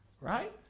Right